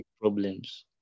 problems